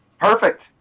perfect